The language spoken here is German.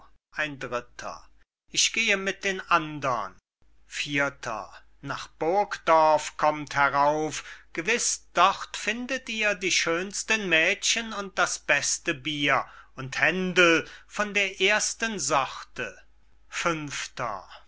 ein dritter ich gehe mit den andern vierter nach burgdorf kommt herauf gewiß dort findet ihr die schönsten mädchen und das beste bier und händel von der ersten sorte fünfter